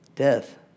Death